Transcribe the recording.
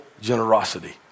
generosity